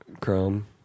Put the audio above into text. Chrome